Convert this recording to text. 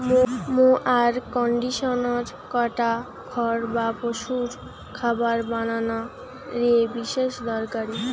mower conditioner কাটা খড় বা পশুর খাবার বানানা রে বিশেষ দরকারি